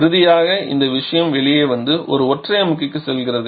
இறுதியாக இந்த விஷயம் வெளியே வந்து ஒற்றை அமுக்கிக்கு செல்கிறது